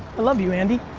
love you andy,